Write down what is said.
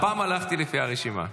הפעם הלכתי לפי הרשימה.